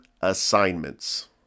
assignments